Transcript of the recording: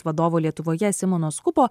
vadovo lietuvoje simono skupo